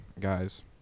guys